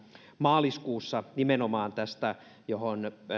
maaliskuussa nimenomaan tästä johon